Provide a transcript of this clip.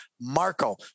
Marco